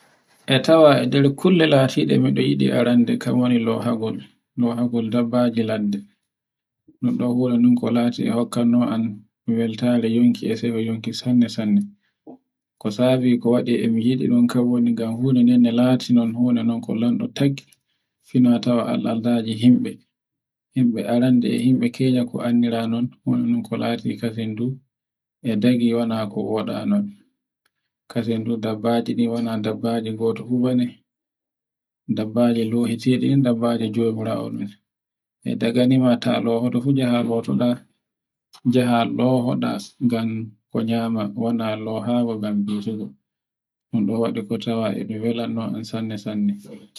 E tawa e nder kulle latiɗe miɗo yiɗi arande kan woni loha ngol. Lohagol dabbaji ladde. No ɗo hura ni ko lati e dabbaje e hokkan no an e weltare yonki e tawe yonki e sanne-sanne, Ko sawi ko waɗi e komi yiɗi ɗun kan woni kan hunan non latin ko lamɓe woni ko taggi, fina tawa al'adaji himɓe. himɓe aran e himɓe kenya anndira non hun ko laati ko sindu. E daji o wala ko waɗano, wala dabbaji goti fu bane. Dabbaji lohirte ɗi, dabbaji jamirawo ɗun. e daga ni ma to loto fu njaha lotoɗa, njaha lohoɗa ngan ko nyama wala lohama ngam. un ɗon on tawi ko wela no e senne senne.